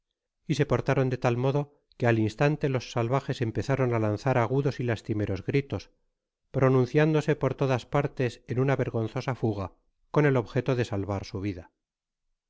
y se portaron de tal modo que al instante los salvajes empezaron á lanzar agudos y lastimeros gritos pronunciándose por todas partes en una vergonzosa fuga con el objeto de salvar su vida